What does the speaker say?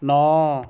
ਨੌ